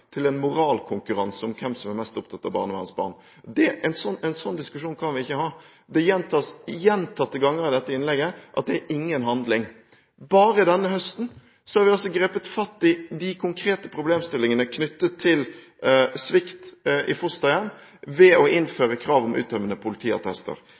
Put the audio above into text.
til en moralkonkurranse om hvem som er mest opptatt av barnevernsbarn. En sånn diskusjon kan vi ikke ha. Det gjentas flere ganger i innlegget fra representanten at det er ingen handling. Bare denne høsten har vi altså grepet fatt i de konkrete problemstillingene knyttet til svikt i fosterhjem ved å